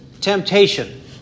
temptation